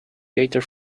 cater